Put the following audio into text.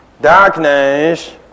Darkness